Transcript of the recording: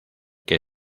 que